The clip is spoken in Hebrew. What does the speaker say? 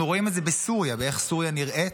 אנחנו רואים את זה בסוריה, באיך סוריה נראית,